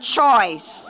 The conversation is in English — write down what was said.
choice